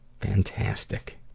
Fantastic